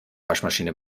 waschmaschine